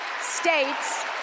states